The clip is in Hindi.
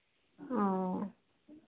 हाँ